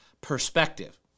perspective